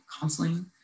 counseling